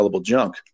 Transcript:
junk